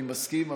אני מסכים,